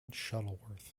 shuttleworth